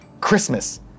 Christmas